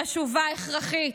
חשובה, הכרחית,